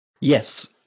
Yes